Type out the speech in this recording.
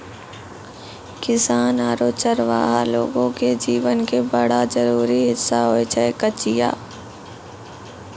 किसान आरो चरवाहा लोगो के जीवन के बड़ा जरूरी हिस्सा होय छै कचिया